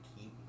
keep